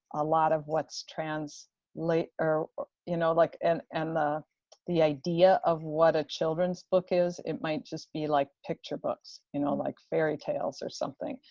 a lot of what's translate or or you know, like and and the the idea of what a children's book is, it might just be like picture books, you know, like fairy tales or something,